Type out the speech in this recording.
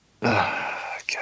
God